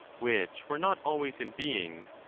which were not always in being,